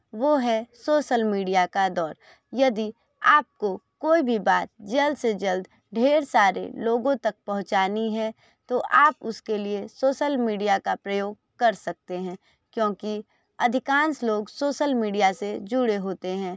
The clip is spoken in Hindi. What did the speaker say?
वो है सोशल मीडिया का दौर यदि आपको कोई भी बात जल्द से जल्द ढ़ेर सारे लोगों तक पहुंचानी है तो आप उसके लिए सोशल मीडिया का प्रयोग कर सकते हैं क्योंकि अधिकांश लोग सोशल मीडिया से जुड़े होते हैं